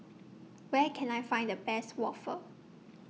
Where Can I Find The Best Waffle